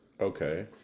Okay